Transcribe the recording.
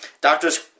Doctor's